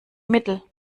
mittel